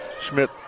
Schmidt